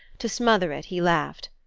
to smother it he laughed.